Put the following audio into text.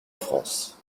france